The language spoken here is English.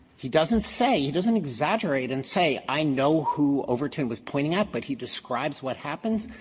he doesn't say he doesn't exaggerate and say i know who overton was pointing at, but he describes what happens.